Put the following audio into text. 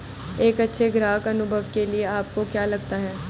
एक अच्छे ग्राहक अनुभव के लिए आपको क्या लगता है?